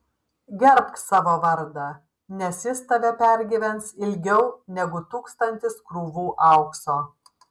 gerbk savo vardą nes jis tave pergyvens ilgiau negu tūkstantis krūvų aukso